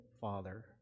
Father